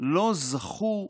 לא זכו אצלנו,